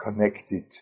connected